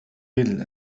بيل